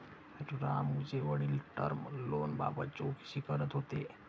रामूचे वडील टर्म लोनबाबत चौकशी करत होते